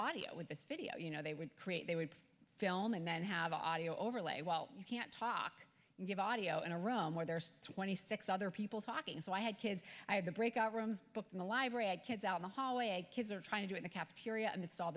audio with this video you know they would create they would film and then have audio overlay well you can't talk you give audio in a room where there's twenty six other people talking so i had kids i had to break out rooms booked in the library and kids out in the hallway and kids are trying to do in the cafeteria and it's all